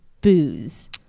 booze